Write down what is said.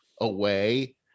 Away